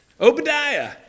Obadiah